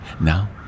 Now